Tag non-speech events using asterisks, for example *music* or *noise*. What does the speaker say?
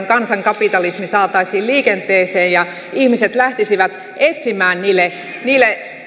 *unintelligible* kansankapitalismi saataisiin liikenteeseen ja ihmiset lähtisivät etsimään niille niille